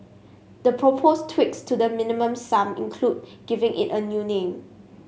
the proposed tweaks to the Minimum Sum include giving it a new name